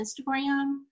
Instagram